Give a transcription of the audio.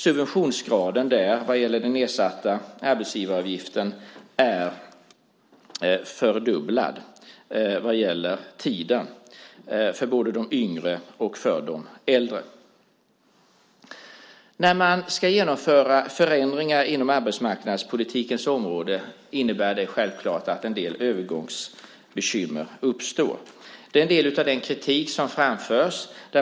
Subventionsgraden på den nedsatta arbetsgivaravgiften är fördubblad när det gäller tiden för både de yngre och de äldre. När man ska genomföra förändringar inom arbetsmarknadspolitikens område innebär det självklart att en del övergångsbekymmer uppstår. Det är en del av den kritik som framförs.